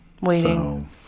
waiting